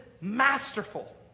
masterful